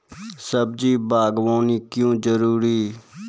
सब्जी बागवानी क्यो जरूरी?